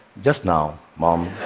just now, mom.